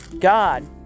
God